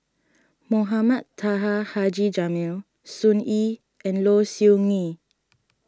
Mohamed Taha Haji Jamil Sun Yee and Low Siew Nghee